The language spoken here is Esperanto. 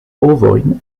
ovojn